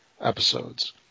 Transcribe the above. episodes